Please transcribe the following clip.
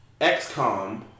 XCOM